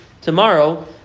tomorrow